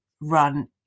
run